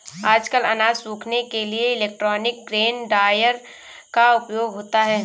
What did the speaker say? आजकल अनाज सुखाने के लिए इलेक्ट्रॉनिक ग्रेन ड्रॉयर का उपयोग होता है